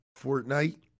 Fortnite